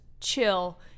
chill